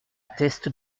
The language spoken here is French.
teste